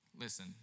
Listen